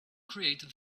created